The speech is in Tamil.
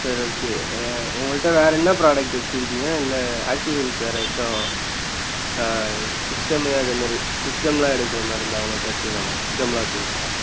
சரி ஓகே ஆ உங்கள்கிட்ட வேறு என்ன ப்ராடெக்ட் வச்சுருக்கீங்க இல்லை அக்சஸரீஸ் வேறெதாச்சும் ஆ சிஸ்டம்மு அதேமாதிரி சிஸ்டம்லாம் எடுக்குற மாரி இருந்தால் உங்கள்கிட்ட எடுத்துக்கலாமா சிஸ்டம்லாம் வச்சுருக்கீங்களா